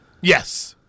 Yes